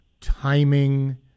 timing